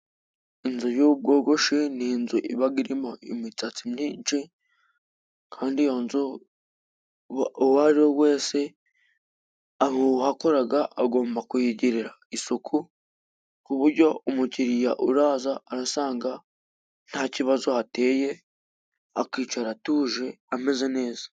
Inzu y'bwogoshi ni inzu ibaga irimo imisatsi myinshi kandi iyo nzu uwo ariwe wese uhakoraga agomba kuyigirira isuku ku buryo umukiriya uraza arasanga nta kibazo ateye akicara atuje ameze neza.